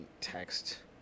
text